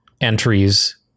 entries